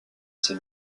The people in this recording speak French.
ces